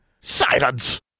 Silence